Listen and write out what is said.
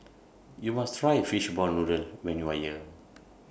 YOU must Try Fishball Noodle when YOU Are here